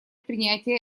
принятие